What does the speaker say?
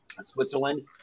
Switzerland